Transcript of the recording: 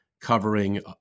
covering